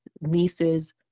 nieces